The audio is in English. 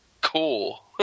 Cool